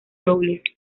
dobles